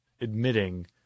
admitting